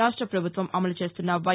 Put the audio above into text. రాష్ట ప్రభుత్వం అమలు చేస్తున్న వై